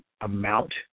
amount